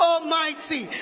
Almighty